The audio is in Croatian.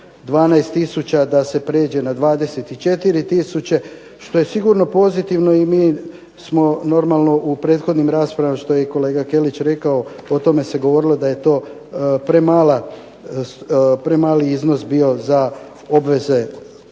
12 tisuća da se prijeđe na24 tisuće što je sigurno pozitivno i mi smo normalno u prethodnim raspravama što je kolega Kelić govorio o tome se govorilo da je to premali iznos bio za porezne